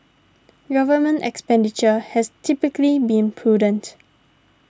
government expenditure has typically been prudent